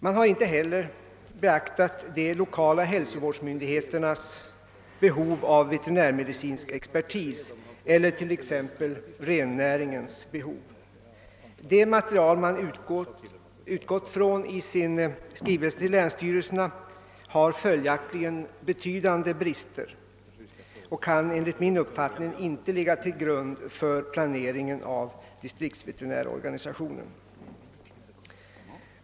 Man har inte heller beaktat de lokala hälsovårdsmyndigheternas behov av veterinärmedicinsk expertis eller t.ex. rennäringens behov. Det material man utgått från i sin skrivelse till länsstyrelserna har följaktligen rätt betydande brister och kan enligt min uppfattning inte ligga till grund för planeringen av distriktsveterinärorganisationen.